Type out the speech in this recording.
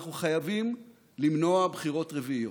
אנחנו חייבים למנוע בחירות רביעיות.